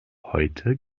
heute